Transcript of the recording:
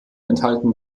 enthalten